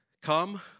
Come